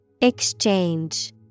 exchange